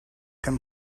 can